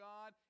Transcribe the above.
God